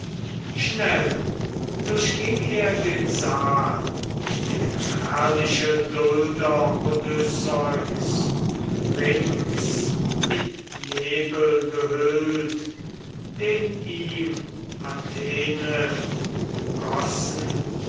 schnell durchging er den saal der herrliche dulder odysseus rings in nebel gehüllt den ihm athene umgossen